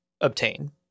obtain